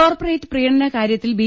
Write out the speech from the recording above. corporate പ്രീണന കാര്യത്തിൽ B